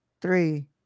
three